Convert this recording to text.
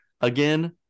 Again